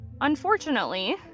Unfortunately